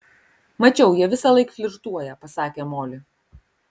mačiau jie visąlaik flirtuoja pasakė moli